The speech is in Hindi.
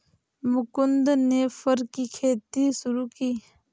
मुकुन्द ने फर की खेती शुरू की